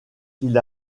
qu’il